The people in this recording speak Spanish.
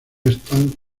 están